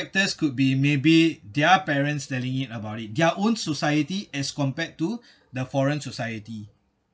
factors could be maybe their parents telling it about it their own society as compared to the foreign society